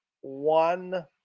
one